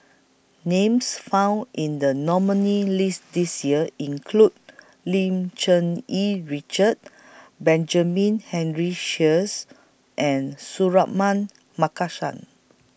Names found in The nominees' list This Year include Lim Cherng Yih Richard Benjamin Henry Sheares and Suratman Markasan